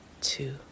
two